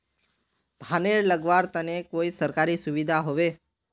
धानेर लगवार तने कोई सरकारी सुविधा होबे?